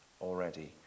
already